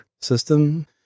system